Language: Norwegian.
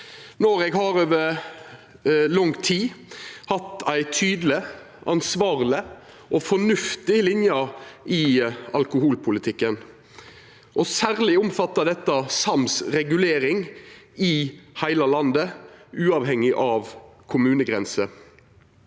til. Me har over lang tid hatt ei tydeleg, ansvarleg og fornuftig linje i alkoholpolitikken, og særleg omfattar dette sams regulering i heile landet, uavhengig av kommunegrenser.